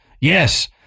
yes